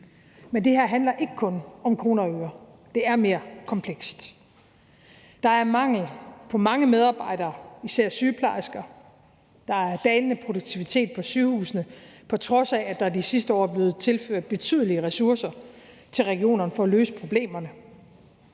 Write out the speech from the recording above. Men det her handler ikke kun om kroner og øre – det er mere komplekst. Der er mangel på mange medarbejdere, især sygeplejersker. Der er dalende produktivitet på sygehusene, på trods af at der de sidste år er blevet tilført betydelige ressourcer til regionerne for at løse problemerne.